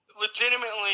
legitimately